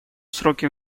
сроки